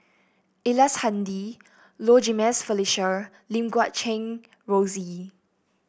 Ellice Handy Low Jimenez Felicia Lim Guat Kheng Rosie